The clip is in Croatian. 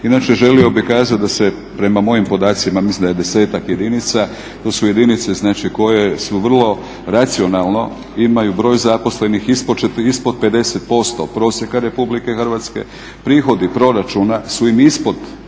Inače želio bih kazati da se prema mojim podacima, mislim da je 10-ak jedinica, to su jedinice znači koje su vrlo racionalno imaju broj zaposlenih ispod 50%, prosjeka Republike Hrvatske, prihodi proračuna su im ispod